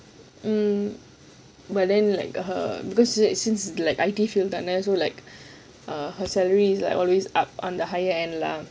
mm but then like her because it seems like I_T field தானே:thane so like err her salary is like always up on the higher end lah